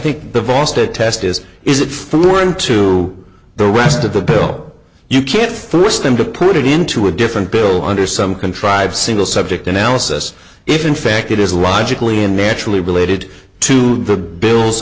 state test is is it through into the rest of the bill you can't force them to put it into a different bill under some contrived single subject analysis if in fact it is logically and naturally related to the bills